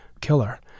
killer